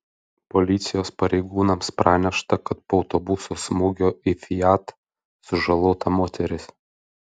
policijos pareigūnams pranešta kad po autobuso smūgio į fiat sužalota moteris